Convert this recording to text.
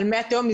על מי התהום.